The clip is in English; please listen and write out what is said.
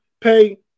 pay